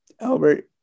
Albert